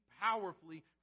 powerfully